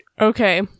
Okay